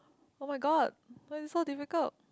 [oh]-my-god why is it so difficult